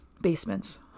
Basements